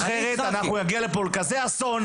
אחרת אנחנו נגיע לכזה אסון,